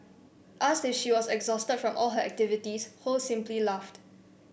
asked if she was exhausted from all her activities Ho simply laughed